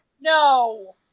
No